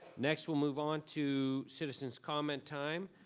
next, we'll move on to citizens comment time.